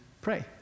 pray